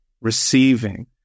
receiving